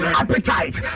appetite